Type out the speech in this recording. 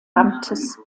amtes